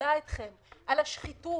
ותבלע אתכם על השחיתות,